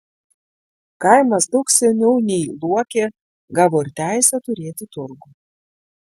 kaimas daug seniau nei luokė gavo ir teisę turėti turgų